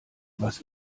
was